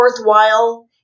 worthwhile